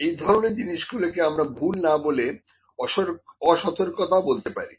এই ধরনের জিনিসগুলো কে আমরা ভুল না বলে অসতর্কতা বলতে পারি